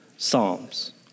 Psalms